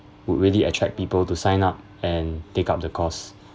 would really attract people to sign up and take up the course